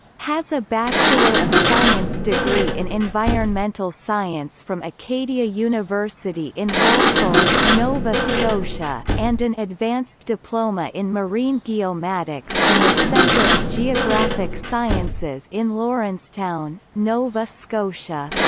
has a bachelor of science degree in environmental science from acadia university in wolfville, nova scotia, and an advanced diploma in marine geomatics from the centre of geographic sciences in lawrencetown, nova scotia.